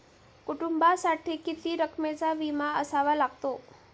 कुटुंबासाठी किती रकमेचा विमा असावा लागतो?